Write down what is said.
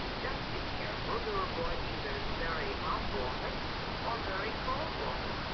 just be careful to avoid either very hot water or very cold water.